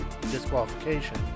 disqualification